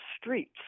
streets